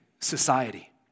society